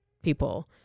people